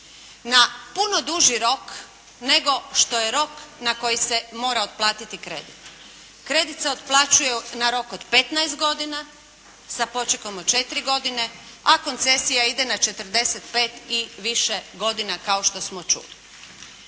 na puno duži rok nego što je rok na koji se mora otplatiti kredit. Kredit se otplaćuje na rok od 15 godina sa počekom od četiri godine, a koncesija ide na 45 i više godina kao što smo čuli.